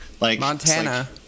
Montana